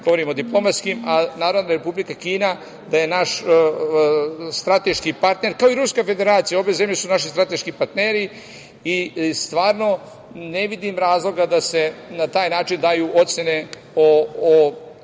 Kina je naš strateški partner, kao i Ruska Federacija. Obe zemlje su naši strateški partneri i stvarno ne vidim razloga da se na taj način daju ocene o